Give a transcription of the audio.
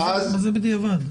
מה זה בדיעבד?